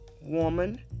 woman